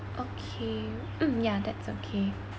okay mm ya that's okay